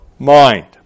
Mind